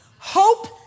Hope